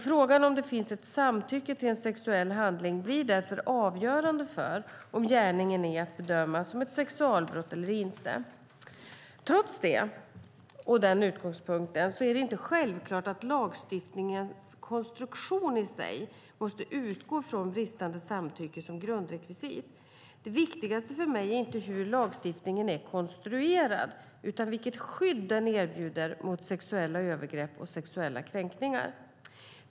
Frågan om det finns ett samtycke till en sexuell handling blir därför avgörande för om gärningen är att bedöma som ett sexualbrott eller inte. Trots detta och trots denna utgångspunkt är det inte självklart att lagstiftningens konstruktion i sig måste utgå från bristande samtycke som grundrekvisit. Det viktigaste för mig är inte hur lagstiftningen är konstruerad, utan vilket skydd den erbjuder mot sexuella övergrepp och sexuella kränkningar.